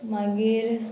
मागीर